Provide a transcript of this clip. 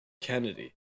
Kennedy